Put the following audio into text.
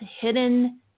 hidden